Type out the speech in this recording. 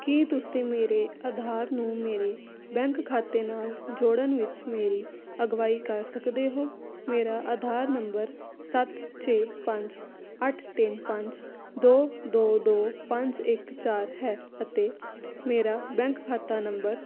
ਕੀ ਤੁਸੀਂ ਮੇਰੇ ਆਧਾਰ ਨੂੰ ਮੇਰੇ ਬੈਂਕ ਖਾਤੇ ਨਾਲ ਜੋੜਨ ਵਿੱਚ ਮੇਰੀ ਅਗਵਾਈ ਕਰ ਸਕਦੇ ਹੋ ਮੇਰਾ ਆਧਾਰ ਨੰਬਰ ਸੱਤ ਛੇ ਪੰਜ ਅੱਠ ਤਿੰਨ ਪੰਜ ਦੋ ਦੋ ਦੋ ਪੰਜ ਇੱਕ ਚਾਰ ਹੈ ਅਤੇ ਮੇਰਾ ਬੈਂਕ ਖਾਤਾ ਨੰਬਰ